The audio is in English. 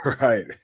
Right